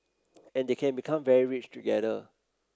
and they can become very rich together